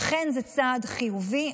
אכן זה צעד חיובי,